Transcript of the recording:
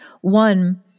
One